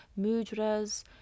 mudras